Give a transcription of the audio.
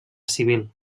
civil